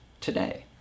today